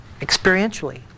experientially